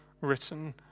written